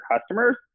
customers